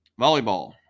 Volleyball